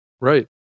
Right